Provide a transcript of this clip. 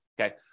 okay